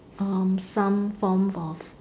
um some form of